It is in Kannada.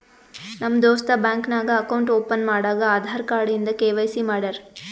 ನಮ್ ದೋಸ್ತ ಬ್ಯಾಂಕ್ ನಾಗ್ ಅಕೌಂಟ್ ಓಪನ್ ಮಾಡಾಗ್ ಆಧಾರ್ ಕಾರ್ಡ್ ಇಂದ ಕೆ.ವೈ.ಸಿ ಮಾಡ್ಯಾರ್